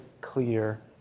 clear